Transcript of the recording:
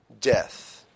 death